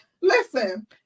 Listen